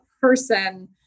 person